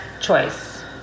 choice